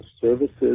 services